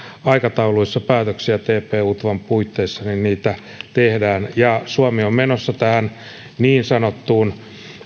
aikatauluissa päätöksiä tp utvan puitteissa niin niitä tehdään ja suomi on menossa tähän niin sanottuun